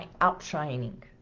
outshining